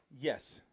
Yes